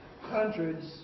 hundreds